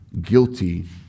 guilty